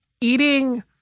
eating